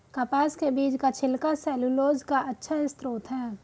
कपास के बीज का छिलका सैलूलोज का अच्छा स्रोत है